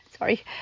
Sorry